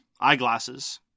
eyeglasses